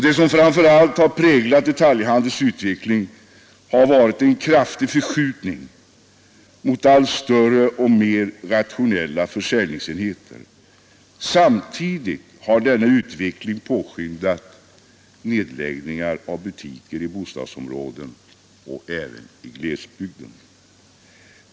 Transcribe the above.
Det som väl framför allt har präglat detaljhandelns utveckling har varit en kraftig förskjutning mot allt större och mer rationella försäljningsenheter. Samtidigt har denna utveckling påskyndat nedläggningar av butiker i bostadsområden och i glesbygden.